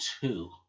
two